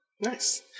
Nice